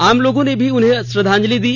आम लोगों ने भी उन्हें श्रद्धांजलि दी